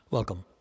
Welcome